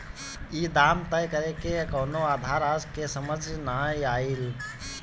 ई दाम तय करेके कवनो आधार आज ले समझ नाइ आइल